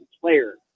player